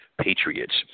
Patriots